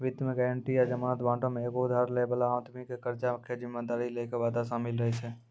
वित्त मे गायरंटी या जमानत बांडो मे एगो उधार लै बाला आदमी के कर्जा के जिम्मेदारी लै के वादा शामिल रहै छै